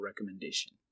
recommendation